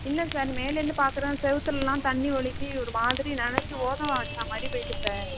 இல்லை சார் மேலேருந்து பார்க்குறோம் செவுற்றுலலாம் தண்ணி ஒழுகி ஒரு மாதிரி நனைஞ்சி ஓதம் வாய்ச்ச மாதிரி போயிட்டுது சார்